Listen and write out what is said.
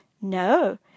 No